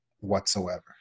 whatsoever